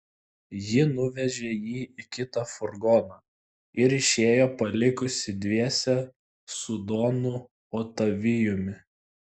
ji nuvežė jį į kitą furgoną ir išėjo palikusi dviese su donu otavijumi